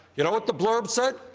you know what the blurb said?